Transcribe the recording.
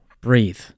Breathe